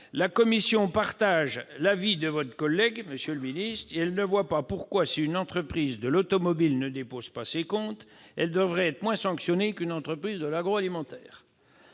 La commission partage l'avis de votre collègue, monsieur le ministre, elle ne voit pas pourquoi, si une entreprise automobile ne dépose pas ses comptes, elle devrait être moins sanctionnée qu'une entreprise agroalimentaire.